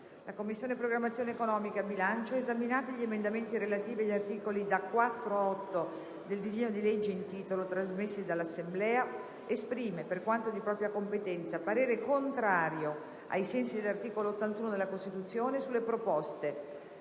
«La Commissione programmazione economica, bilancio, esaminati gli emendamenti relativi agli articoli da 4 a 8 del disegno di legge in titolo trasmessi dall'Assemblea, esprime, per quanto di propria competenza, parere contrario, ai sensi dell'articolo 81 della Costituzione, sulle proposte